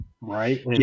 Right